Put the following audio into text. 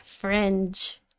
Fringe